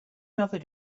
mother